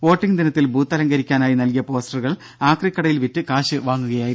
voting ദിനത്തിൽ booth അലങ്കരിക്കാനായി നൽകിയ പോസ്റ്ററുകൾ ആക്രിക്കടയിൽ വിറ്റ് കാശ് വാങ്ങുകയായിരുന്നു